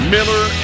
Miller